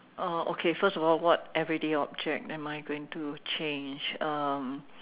uh okay first of all what everyday object am I going to change um